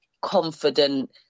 confident